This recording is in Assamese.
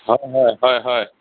হয় হয় হয় হয়